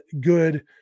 good